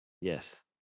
Yes